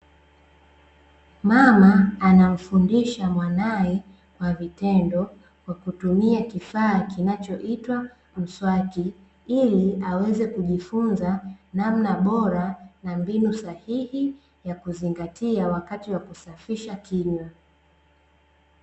Mama anamfundisha mwanae kwa vitendo kwa kutumia kifaa kinachitwa mswaki, ili aweze kujifunza namna bora na mbinu sahihi ya kuzingatia wakati wa kusafisha kinywa.